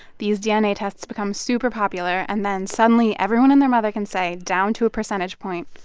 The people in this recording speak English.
these dna tests become super popular. and then, suddenly, everyone and their mother can say, down to a percentage point,